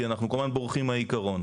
כי אנחנו כל הזמן בורחים מהעיקרון.